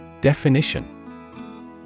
Definition